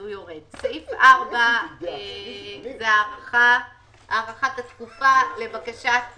סעיף 4 זה הארכת התקופה לבקשת